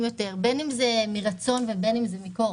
בשכירות.